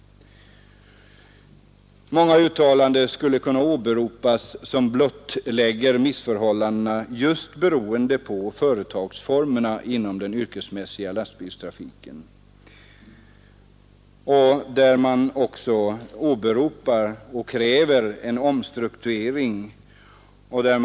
Man skulle kunna åberopa många uttalanden, som blottlägger missförhållanden som beror på företagsformerna inom den yrkesmässiga biltrafiken och vari man kräver en omstrukturering av denna bransch.